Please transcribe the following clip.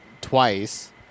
twice